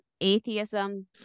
atheism